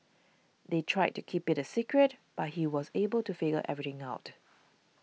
they tried to keep it a secret but he was able to figure everything out